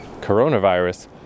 coronavirus